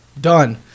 Done